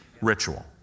Ritual